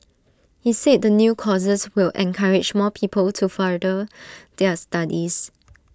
he said the new courses will encourage more people to further their studies